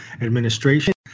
administration